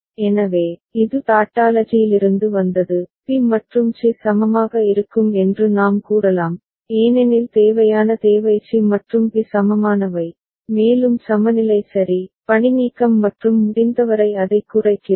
எனவே இது டாட்டாலஜியிலிருந்து வந்தது பி மற்றும் சி சமமாக இருக்கும் என்று நாம் கூறலாம் ஏனெனில் தேவையான தேவை சி மற்றும் பி சமமானவை மேலும் சமநிலை சரி பணிநீக்கம் மற்றும் முடிந்தவரை அதைக் குறைக்கிறோம்